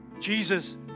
Jesus